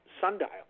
sundial